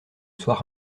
soir